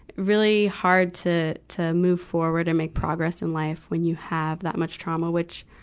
really hard to, to move forward or make progress in life, when you have that much trauma, which,